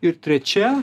ir trečia